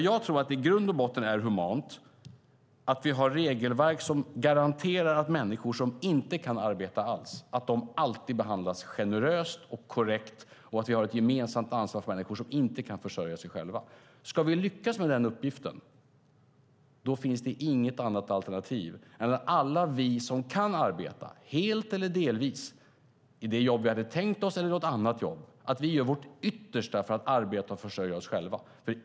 Jag tror att det är humant att vi har regelverk som garanterar att människor som inte kan arbeta alls alltid behandlas generöst och korrekt och att vi har ett gemensamt ansvar för människor som inte kan försörja sig själva. Ska vi lyckas med den uppgiften finns det inget annat alternativ än att alla vi som kan arbeta, helt eller delvis i det jobb vi hade tänkt oss eller i något annat jobb, gör vårt yttersta för att arbeta och försörja oss själva.